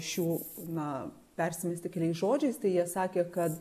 iš jų na persimesti keliais žodžiais tai jie sakė kad